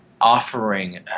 offering